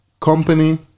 Company